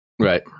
Right